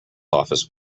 office